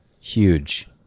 huge